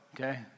okay